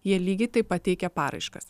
jie lygiai taip pateikia paraiškas